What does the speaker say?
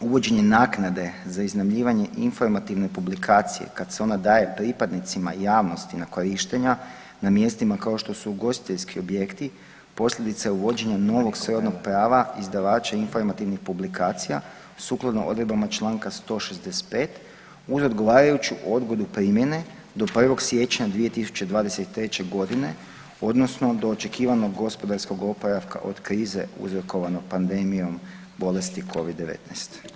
Uvođenje naknade za iznajmljivanje informativne publikacije kad se ona daje pripadnicima javnosti na korištenja na mjestima kao što su ugostiteljski objekti, posljedica je uvođenja novog srodnog prava izdavača informativnih publikacija sukladno odredbama Članka 165. uz odgovarajuću odgodu primjene do 1. siječnja 2023. godine odnosno do očekivanog gospodarskog oporavka od krize uzrokovane pandemijom bolesti Covid-19.